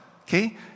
Okay